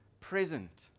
present